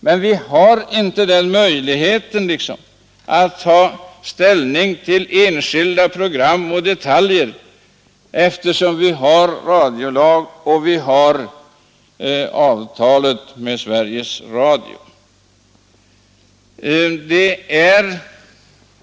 Men vi har inte någon möjlighet att ta ställning till enskilda program och detaljer med hänsyn till den radiolag och det avtal med Sveriges Radio som finns.